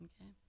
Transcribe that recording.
Okay